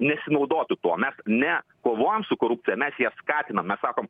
nesinaudotų tuo mes ne kovojam su korupcija mes ją skatinam mes sakom